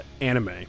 anime